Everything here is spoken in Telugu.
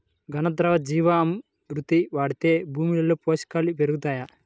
ఘన, ద్రవ జీవా మృతి వాడితే భూమిలో పోషకాలు పెరుగుతాయా?